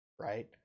right